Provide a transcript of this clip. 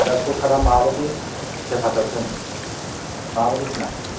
दा सरकारा माबादि हेफाजाब होनो माबादि होनांगोन